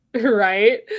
right